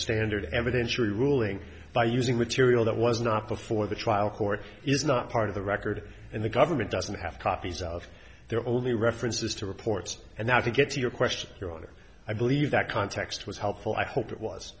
standard evidentiary ruling by using material that was not before the trial court is not part of the record and the government doesn't have copies of their only references to reports and now to get to your question your honor i believe that context was helpful i hope it was